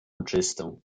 czystą